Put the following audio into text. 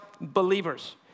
believers